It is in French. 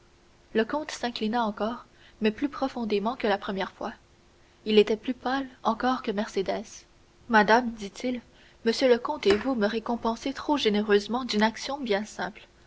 le comte s'inclina encore mais plus profondément que la première fois il était plus pâle encore que mercédès madame dit-il m le comte et vous me récompensez trop généreusement d'une action bien simple